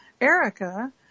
Erica